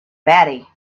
batty